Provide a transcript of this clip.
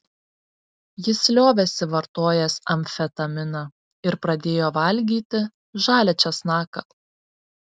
jis liovėsi vartojęs amfetaminą ir pradėjo valgyti žalią česnaką